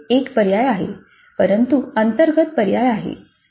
म्हणजे एक पर्याय आहे परंतु अंतर्गत पर्याय आहे